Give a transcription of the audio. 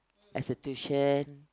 as a tuition